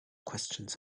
questions